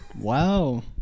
wow